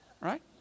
Right